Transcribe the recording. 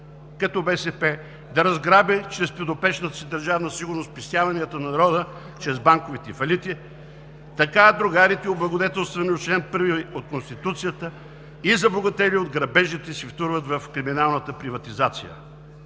като БСП, да разграби чрез подопечната си Държавна сигурност спестяванията на народа чрез банковите фалити. Така другарите, облагодетелствани от чл. 1 от Конституцията и забогатели от грабежите, се втурват в криминалната приватизация.